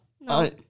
No